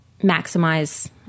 maximize